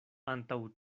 antaŭ